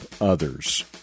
others